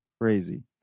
Crazy